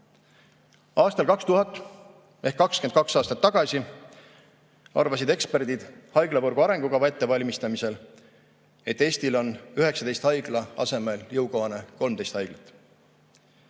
Aastal 2000 ehk 22 aastat tagasi arvasid eksperdid haiglavõrgu arengukava ettevalmistamisel, et Eestile on 19 haigla asemel jõukohane 13 haiglat.